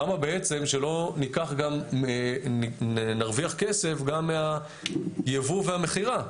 למה בעצם שלא נרוויח כסף גם מהייבוא והמכירה?